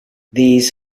these